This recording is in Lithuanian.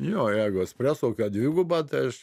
jo jeigu espreso kokią dvigubą tai aš